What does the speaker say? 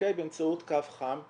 באמצעות קו חם.